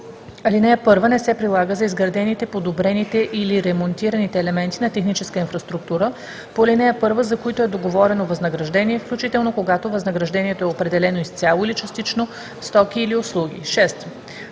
Алинея 1 не се прилага за изградените, подобрените или ремонтираните елементи на техническа инфраструктура по ал. 1, за които е договорено възнаграждение, включително когато възнаграждението е определено изцяло или частично в стоки или услуги.“ 6.